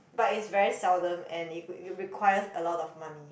but is very seldom and it it requires a lot of money